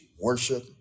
worship